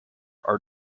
are